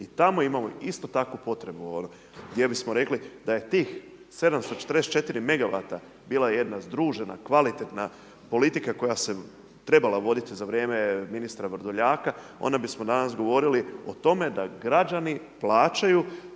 i tamo imamo isto tako potrebu, jer bismo rekli da je tih 774 megawata bila jedna združena kvalitetna politika koja se trebala voditi za vrijeme ministra Vrdoljaka, onda bismo danas govorili o tome da građani plaćaju,